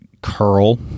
curl